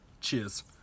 Cheers